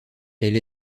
elle